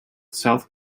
south